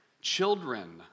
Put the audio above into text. Children